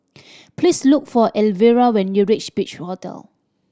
please look for Elvera when you reach Beach Hotel